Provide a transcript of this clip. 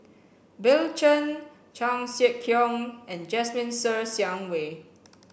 Bill Chen Chan Sek Keong and Jasmine Ser Xiang Wei